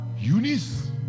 Eunice